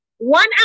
One